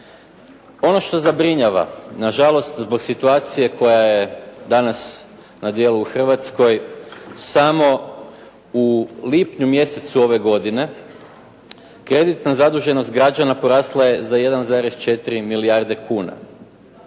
Ono što zabrinjava, na žalost zbog situacije koja je danas na dijelu u Hrvatskoj samo u lipnju mjesecu ove godine kreditna zaduženost građana porasla je za 1,4 milijarde kuna.